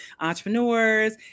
entrepreneurs